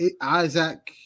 Isaac